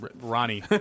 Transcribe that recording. Ronnie